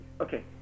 okay